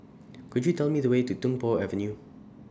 Could YOU Tell Me The Way to Tung Po Avenue